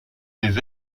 des